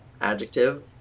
adjective